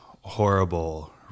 Horrible